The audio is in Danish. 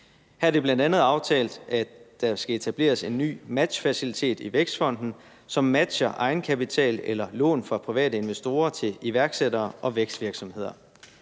Her er det bl.a. aftalt, at der skal etableres en ny matchfacilitet i Vækstfonden, som matcher egenkapital eller lån fra private investorer til iværksættere og vækstvirksomheder.